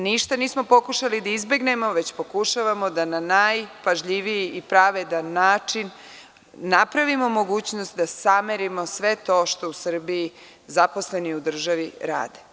Ništa nismo pokušali da izbegnemo, već pokušavamo da na najpažljiviji i pravedan način napravimo mogućnost da samerimo sve to što u Srbiji zaposleni u državi rade.